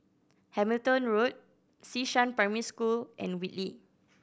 Hamilton Road Xishan Primary School and Whitley